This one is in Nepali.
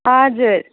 हजुर